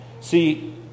See